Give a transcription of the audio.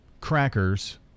crackers